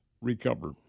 recover